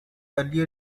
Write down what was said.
early